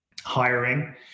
hiring